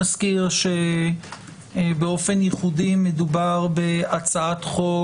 נזכיר שבאופן ייחודי מדובר בהצעת חוק